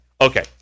Okay